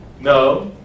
No